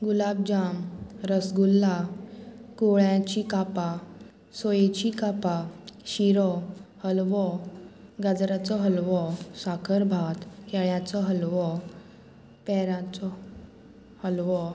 गुलाब जाम रसगुल्ला कुळ्यांची कापां सोयेची कापां शिरो हलवो गाजराचो हलवो साकर भात केळ्याचो हलवो पेरांचो हलवो